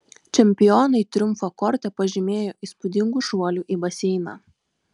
čempionai triumfą korte pažymėjo įspūdingu šuoliu į baseiną